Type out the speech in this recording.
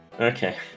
Okay